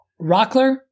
Rockler